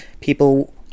people